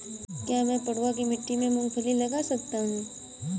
क्या मैं पडुआ की मिट्टी में मूँगफली लगा सकता हूँ?